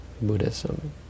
Buddhism